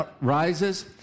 rises